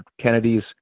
Kennedy's